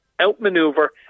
outmaneuver